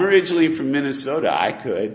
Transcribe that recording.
originally from minnesota i could